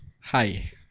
Hi